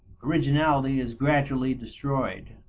originality is gradually destroyed,